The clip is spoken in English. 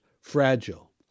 fragile